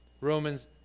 Romans